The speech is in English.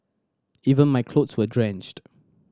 even my clothes were drenched